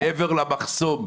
מעבר למחסום,